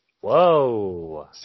Whoa